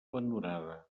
abandonada